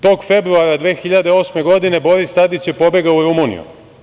Tog februara 2008. godine Boris Tadić je pobegao u Rumuniju.